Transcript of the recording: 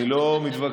אני לא מתווכח,